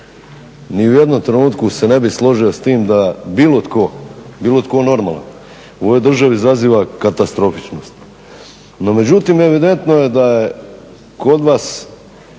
Ni u jednom trenutku se ne bi složio s tim da bilo tko, bilo tko normalan u ovoj državi zaziva katastrofičnost. No međutim evidentno je da je kod vas,